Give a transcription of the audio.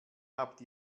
habt